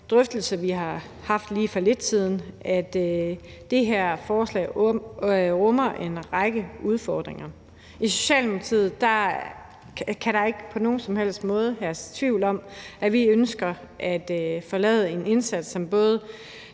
drøftelse, vi havde for lidt siden, hvor hun sagde, at det her forslag rummer en række udfordringer. I Socialdemokratiet hersker der ikke nogen som helst tvivl om, at vi ønsker en indsats, der bedre